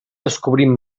descobrint